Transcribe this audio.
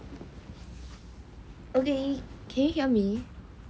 okay can you hear me